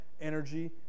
energy